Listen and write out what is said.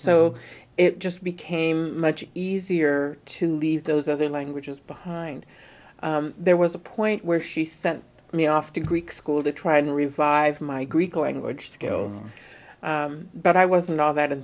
so it just became much easier to leave those other languages behind there was a point where she sent me off to greek school to try and revive my greek language skills but i wasn't all that